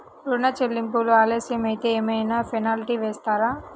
ఋణ చెల్లింపులు ఆలస్యం అయితే ఏమైన పెనాల్టీ వేస్తారా?